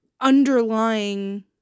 underlying